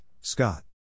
Scott